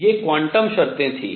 ये क्वांटम शर्तें थीं